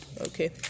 Okay